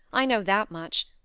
i know that much.